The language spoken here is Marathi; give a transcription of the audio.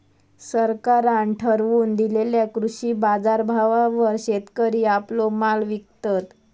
सरकारान ठरवून दिलेल्या कृषी बाजारभावावर शेतकरी आपलो माल विकतत